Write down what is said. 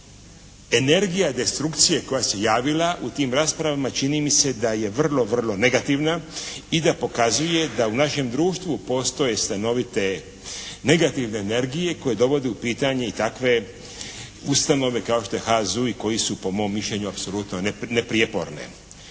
i energija destrukcije koja se javila u tim raspravama čini mi se da je vrlo, vrlo negativna i da pokazuje da u našem društvu postoje stanovite negativne energije koje dovode u pitanje i takve ustanove kao što je HAZU i koji su po mom mišljenju apsolutno neprijeporne.